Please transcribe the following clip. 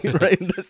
Right